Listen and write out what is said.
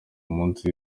munsi